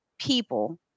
people